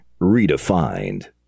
Redefined